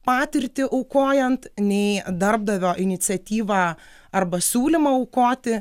patirtį aukojant nei darbdavio iniciatyvą arba siūlymą aukoti